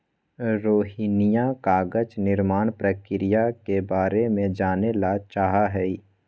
रोहिणीया कागज निर्माण प्रक्रिया के बारे में जाने ला चाहा हई